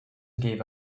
gave